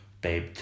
Babe